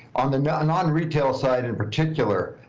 on the non-retail side in particular.